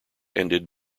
ended